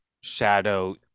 shadow